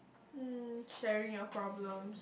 mm sharing your problems